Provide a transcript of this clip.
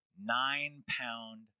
nine-pound